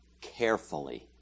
carefully